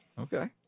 Okay